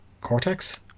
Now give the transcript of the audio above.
Cortex